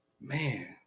man